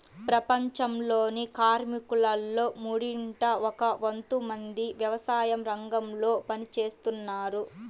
ప్రపంచంలోని కార్మికులలో మూడింట ఒక వంతు మంది వ్యవసాయరంగంలో పని చేస్తున్నారు